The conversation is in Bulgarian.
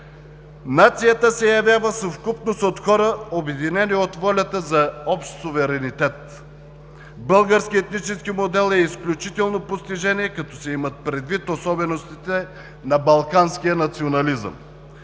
Нацията се явява съвкупност от хора, обединени от волята за общ суверенитет. Българският етнически модел е изключително постижение, като се имат предвид особеностите на балканския национализъм.